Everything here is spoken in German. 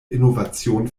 innovation